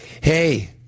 hey